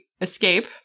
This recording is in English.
escape